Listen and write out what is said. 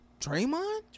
Draymond